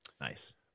nice